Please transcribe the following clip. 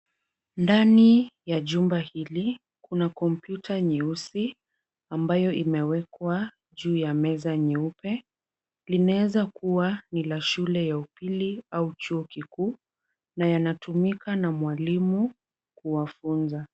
Ndani ya jumba hili kuna kompyuta nyeusi ambayo imewekwa juu ya meza nyeupe, linaweza kuwa ni la shule ya upili au chuo kikuu na yanatumika na mwalimu kuwafunza.